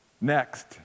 Next